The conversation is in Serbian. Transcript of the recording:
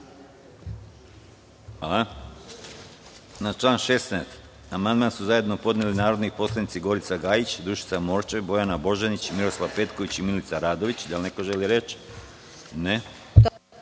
Na član 19. amandman su zajedno podneli narodni poslanici Gorica Gajić, Dušica Morčev, Bojana Božanić, Miroslav Petković i Milica Radović. Da li neko želi reč?